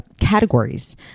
categories